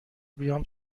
بیام